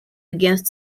against